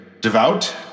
devout